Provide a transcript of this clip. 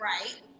right